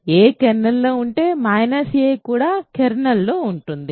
a kernel లో ఉంటే a కూడా కెర్నల్లో ఉంది